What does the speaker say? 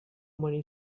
money